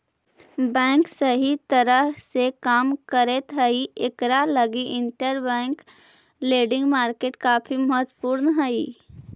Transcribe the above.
bank सही तरह से काम करैत हई इकरा लगी इंटरबैंक लेंडिंग मार्केट काफी महत्वपूर्ण हई